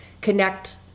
connect